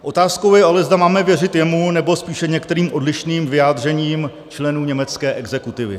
Otázkou je ale, zda máme věřit jemu, nebo spíše některým odlišným vyjádřením členů německé exekutivy.